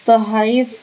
تحائف